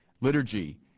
liturgy